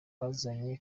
bazanye